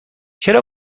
چرا